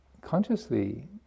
consciously